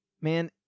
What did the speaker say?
Man